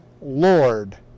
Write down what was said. Lord